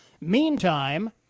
Meantime